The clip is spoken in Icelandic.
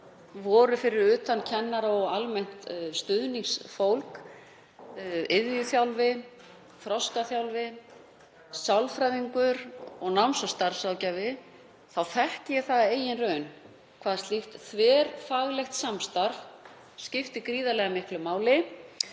voru fyrir utan kennara og almennt stuðningsfólk iðjuþjálfi, þroskaþjálfi, sálfræðingur og náms- og starfsráðgjafi þá þekki ég það af eigin raun hvað slíkt þverfaglegt samstarf skiptir gríðarlega miklu máli